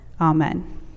Amen